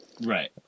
Right